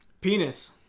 Penis